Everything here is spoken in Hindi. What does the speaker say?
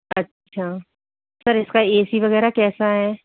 अच्छा सर इसका ए सी वगैरह कैसा है